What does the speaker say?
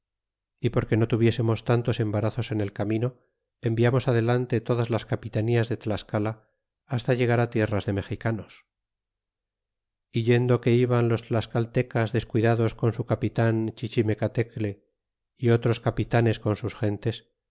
y porque no tuviésemos tantos embarazos en el camino enviamos adelante todas las capitanías de tlascala hasta llegar tierra de mexicanos e yendo que iban los tlascaltecas descuidados con su capitan chichimecatecle é otros capitanes con sus gentes